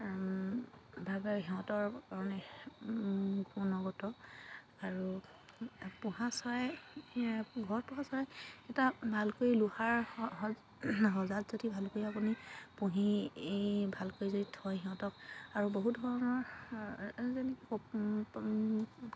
সিহঁতৰ কাৰণে গুণগত আৰু পোহা চৰাই ঘৰত পোহা চৰাই এটা ভালকৈ লোহাৰ সজাত যদি ভালকৈ আপুনি পুহি ভালকৈ যদি থয় সিহঁতক আৰু বহুত ধৰণৰ যেনেকে